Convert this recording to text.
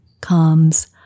comes